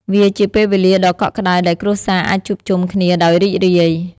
វាជាពេលវេលាដ៏កក់ក្តៅដែលគ្រួសារអាចជួបជុំគ្នាដោយរីករាយ។